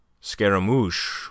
Scaramouche